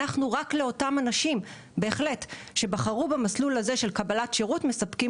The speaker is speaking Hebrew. אנחנו מספקים שירות רק לאותם אנשים שבחרו במסלול הזה של קבלת שירות.